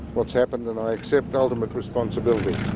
what's happened and i accept ultimate responsibility.